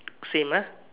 same uh